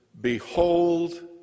Behold